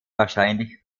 wahrscheinlich